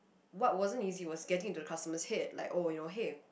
what wasn't easy was getting into the customer's head like oh you know hey